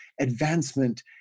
advancement